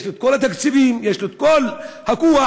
יש לו כל התקציבים,